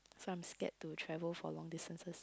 so I'm scared to travel for long distances